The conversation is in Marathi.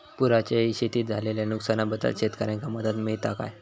पुराच्यायेळी शेतीत झालेल्या नुकसनाबद्दल शेतकऱ्यांका मदत मिळता काय?